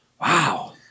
Wow